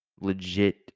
legit